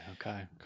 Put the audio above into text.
Okay